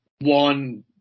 one